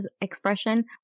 expression